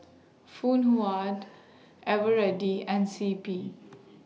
Phoon Huat Eveready and C P